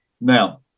Now